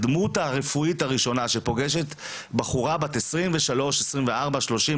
הדמות הרפאית הראשונה שפוגשת בחורה בת 23 או 24 או 30,